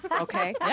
Okay